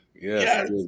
Yes